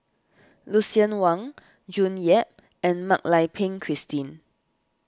Lucien Wang June Yap and Mak Lai Peng Christine